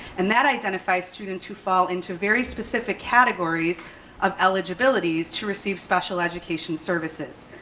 and that identifies students who fall into very specific categories of eligibility is to receive special education services.